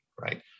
right